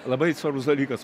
labai svarbus dalykas